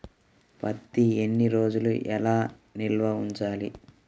పత్తి ఎన్ని రోజులు ఎలా నిల్వ ఉంచాలి?